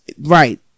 Right